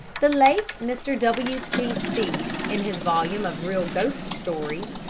the late mr. w t. stead, in his volume of real ghost stories,